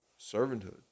servanthood